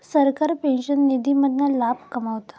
सरकार पेंशन निधी मधना लाभ कमवता